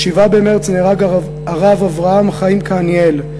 ב-7 במרס נהרג הרב אברהם חיים קהניאל,